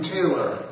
Taylor